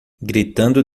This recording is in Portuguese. gritando